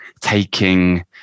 taking